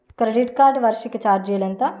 Credit card వార్షిక ఛార్జీలు ఎంత?